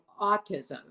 autism